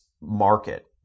market